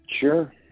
Sure